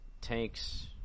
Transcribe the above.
tanks